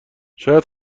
شاید